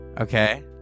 Okay